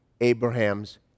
Abraham's